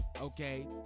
Okay